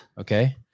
Okay